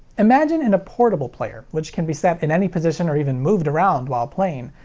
imagine in a portable player, which can be set in any position, or even moved around while playing,